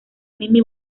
mimi